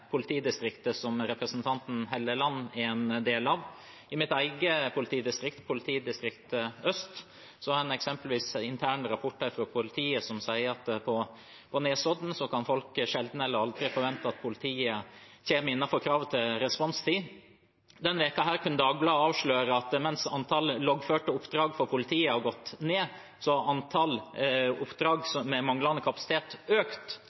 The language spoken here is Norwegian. politidistriktet som representanten Helleland er en del av. I mitt eget politidistrikt, Øst politidistrikt, har man eksempelvis interne rapporter fra politiet som sier at på Nesodden kan folk sjelden eller aldri forvente at politiet kommer innenfor kravet til responstid. Denne uken kunne Dagbladet avsløre at mens antallet loggførte oppdrag for politiet har gått ned, har antallet oppdrag med manglende kapasitet økt.